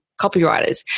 copywriters